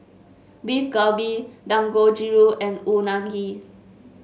Beef Galbi Dangojiru and Unagi